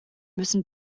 müssen